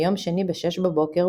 ביום שני ב-600 בבוקר,